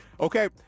Okay